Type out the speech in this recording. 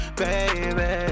baby